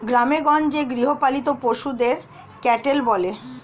গ্রামেগঞ্জে গৃহপালিত পশুদের ক্যাটেল বলে